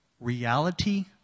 reality